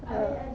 err